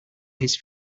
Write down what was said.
his